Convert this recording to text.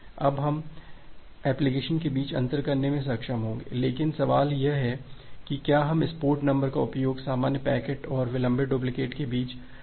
अब हालांकि हम एप्लिकेशन के बीच अंतर करने में सक्षम होंगे लेकिन सवाल यह है कि क्या हम इस पोर्ट नंबर का उपयोग सामान्य पैकेट और विलंबित डुप्लिकेट के बीच अंतर करने के लिए कर सकते हैं